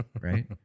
right